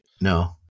No